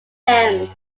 him